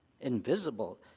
invisible